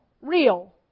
real